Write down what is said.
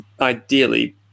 ideally